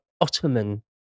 Ottoman